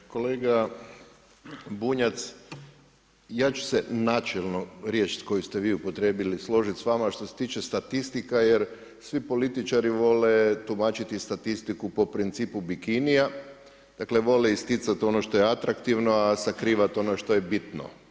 Kolega Bunjac, ja ću se načelno riječ koju ste vi upotrijebili složiti s vama što se tiče statistika jer svi političari vole tumačiti statistiku po principu bikinija, da vole isticati ono što je atraktivno, a sakrivati ono što je bitno.